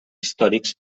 històrics